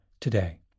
today